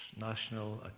National